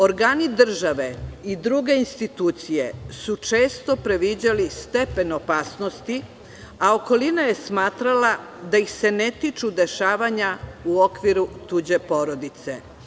Organi države i druge institucije su često previđali stepen opasnosti, a okolina je smatrala da ih se ne tiču dešavanja u okviru tuđe porodice.